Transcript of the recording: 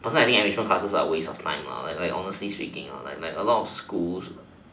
but then I think enrichment classes are a waste of time like like honestly speaking like like a lot of schools